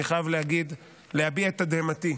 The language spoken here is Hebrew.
אני חייב להביע את תדהמתי,